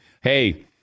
hey